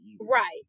right